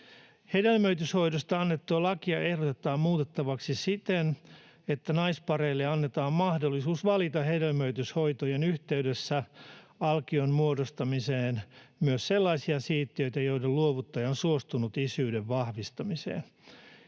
Hedelmöityshoidosta annettua lakia ehdotetaan muutettavaksi siten, että naispareille annetaan mahdollisuus valita hedelmöityshoitojen yhteydessä alkion muodostamiseen myös sellaisia siittiöitä, joiden luovuttaja on suostunut isyyden vahvistamiseen.